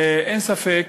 אין ספק